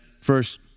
first